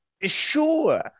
Sure